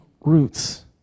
roots